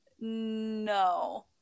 no